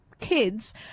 kids